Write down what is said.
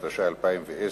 התש"ע 2010,